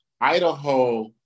Idaho